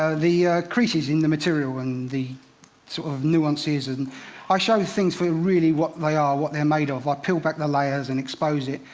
ah the creases in the material and the sort of nuances. and i show things for really what they are, what they're made of. i peel back the layers and expose it.